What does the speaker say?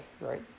right